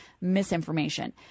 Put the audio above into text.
misinformation